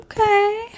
Okay